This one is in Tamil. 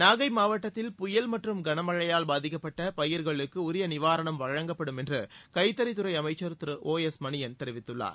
நாகைமாவட்டத்தில் புயல் மற்றும் கனமழையால் பாதிக்கப்பட்டபயிர்களுக்குஉரியநிவாரணம் வழங்கப்படும் என்றுகைத்தறித்துறைஅமைச்சர் திரு ஒ எஸ் மணியன் தெரிவித்துள்ளார்